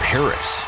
Paris